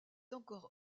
encore